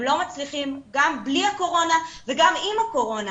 הם לא מצליחים גם בלי הקורונה וגם עם הקורונה.